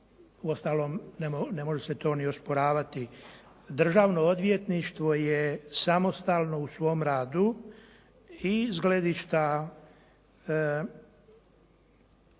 uostalom ne može se to ni osporavati. Državno odvjetništvo je samostalno u svom radu i iz gledišta